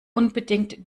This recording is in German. unbedingt